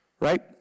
right